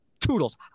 Toodles